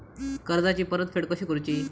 कर्जाची परतफेड कशी करूची?